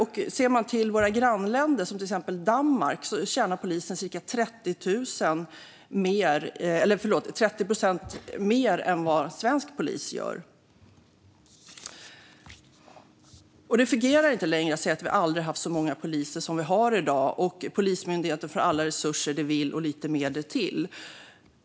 I våra grannländer ser det annorlunda ut, och i till exempel Danmark tjänar en polis nästan 30 procent mer än vad en svensk polis gör. Det fungerar inte längre att säga att vi aldrig har haft så många poliser som vi har i dag och att Polismyndigheten får alla resurser den vill och lite mer därtill.